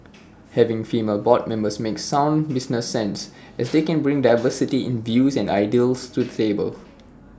having female board members makes sound business sense as they can bring diversity in views and ideas to the table